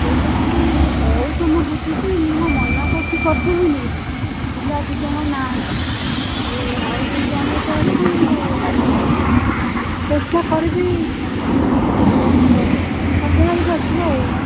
ସେଇଟା କ'ଣ ଯେ କହୁଛ ମୁଁ ବୁଝୁଛି ମୁଁ ମନା କରୁଛି କରିଦେବିନି ବୋଲି ପିଲା ଦୁଇ ଜଣ ନାହାନ୍ତି ଆଉ ଆଉ ଯେଉଁ ଜଣଟା ଅଛି ଚେଷ୍ଟା କରିବି ପାଞ୍ଚ ଦିନ ପରେ ସନ୍ଧ୍ୟାବେଳକୁ ଆସିବ ଆଉ